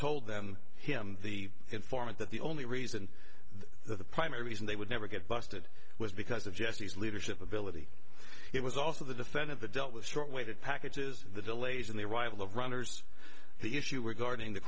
told them him the informant that the only reason the primary reason they would never get busted was because of jesse's leadership ability it was also the defendant the dealt with short weighted packages the delays in the arrival of runners the issue regarding the